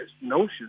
notion